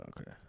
Okay